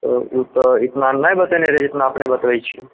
तऽ ओ तऽ इतना नहि बतेने रहै जितना अपने बतबै छियै